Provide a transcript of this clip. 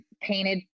painted